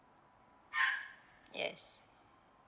yes